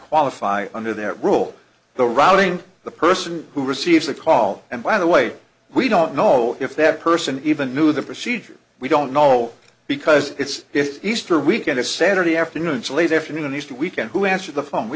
qualify under that rule the routing the person who received the call and by the way we don't know if that person even knew the procedure we don't know because it's easter weekend it's saturday afternoon so late afternoon easter weekend who answered the phone we